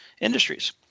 industries